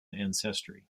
ancestry